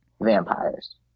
vampires